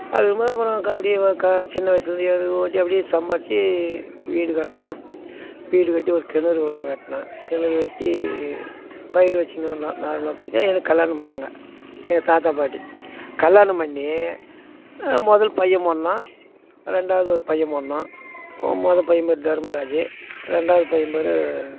அப்படி இருக்கும் போது அப்புறம் கபடி சின்ன வயசுலேருந்து எருவு ஓட்டி அப்படியே சம்பாதிச்சி வீடு கட்டினேன் வீடு கட்டி ஒரு கிணறு ஒன்று வெட்டினேன் கிணறு வெட்டி பயிர் வச்சுனு இருந்தேன் நார்மல் பயிர் தான் எனக்கு கல்யாணம் பண்ணாங்க எங்கள் தாத்தா பாட்டி கல்யாணம் பண்ணி முதல் பையன் பிறந்தான் ரெண்டாவது ஒரு பையன் பிறந்தான் ஒரு மொதல் பையன் பேரு தர்மராஜ் ரெண்டாவது பையன் பேர்